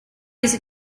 easy